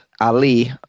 ali